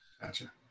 Gotcha